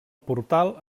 portal